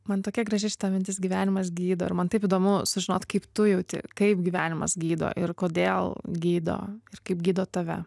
man tokia graži šita mintis gyvenimas gydo ir man taip įdomu sužinot kaip tu jauti kaip gyvenimas gydo ir kodėl gydo ir kaip gydo tave